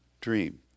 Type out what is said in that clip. dream